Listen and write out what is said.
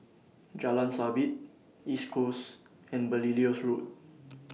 Jalan Sabit East Coast and Belilios Road